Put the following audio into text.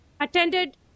attended